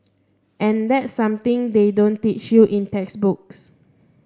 and that's something they don't teach you in textbooks